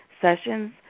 sessions